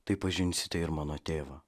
tai pažinsite ir mano tėvą